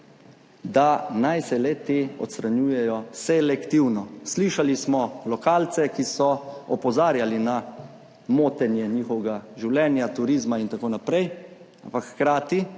da naj se le-te odstranjujejo selektivno. Slišali smo lokalce, ki so opozarjali na motenje njihovega življenja, turizma in tako naprej, ampak hkrati